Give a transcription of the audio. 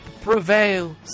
prevails